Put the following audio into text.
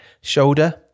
shoulder